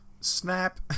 snap